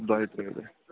دۄیہِ ترٛےٚ دۄہ